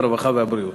הרווחה והבריאות.